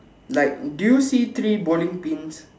like do you see three bowling pins